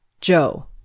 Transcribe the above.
Joe